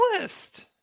list